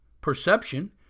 Perception